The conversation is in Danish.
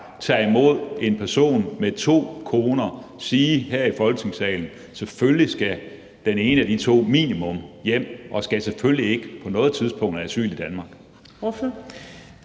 tager imod en person med to koner, sige her i Folketingssalen, at selvfølgelig skal den ene af de to som minimum hjem og skal selvfølgelig ikke på noget tidspunkt have asyl i Danmark.